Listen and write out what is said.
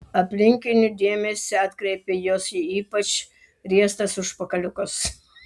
aplinkinių dėmesį atkreipė jos ypač riestas užpakaliukas